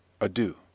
Adieu